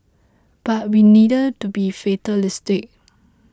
but we needn't to be fatalistic